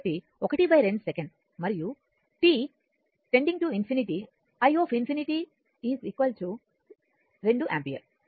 కాబట్టి ½ సెకను మరియు t →∞ i ∞ I2 ampere